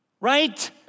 right